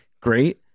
great